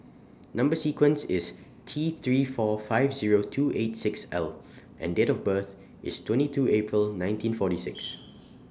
Number sequence IS T three four five Zero two eight six L and Date of birth IS twenty two April nineteen forty six